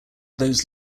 those